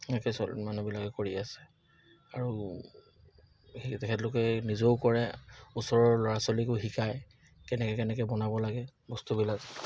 এনেকে চলি মানুহবিলাকে কৰি আছে আৰু সেই তেখেতলোকে নিজেও কৰে ওচৰৰ ল'ৰা ছোৱালীকো শিকায় কেনেকে কেনেকে বনাব লাগে বস্তুবিলাক